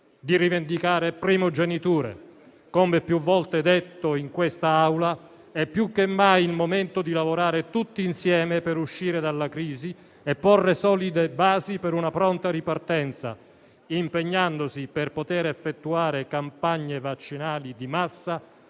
di rivendicare primogenitura. Come più volte detto in quest'Aula, è più che mai il momento di lavorare tutti insieme per uscire dalla crisi e porre solide basi per una pronta ripartenza, impegnandosi per poter effettuare campagne vaccinali di massa